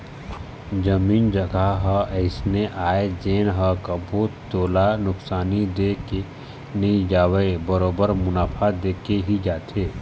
जमीन जघा ह अइसे आय जेन ह कभू तोला नुकसानी दे के नई जावय बरोबर मुनाफा देके ही जाथे